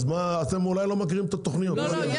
אולי אתם לא מכירים את התוכניות.